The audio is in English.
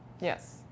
Yes